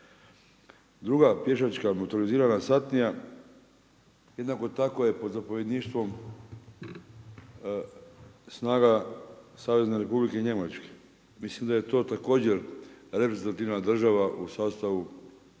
Druga pješačka motorizirana satnija jednako tako je pod zapovjedništvom snaga Savezne Republike Njemačke. Mislim da je to također reprezentativna država u sastavu